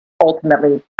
ultimately